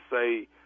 say